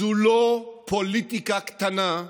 זו לא פוליטיקה קטנה,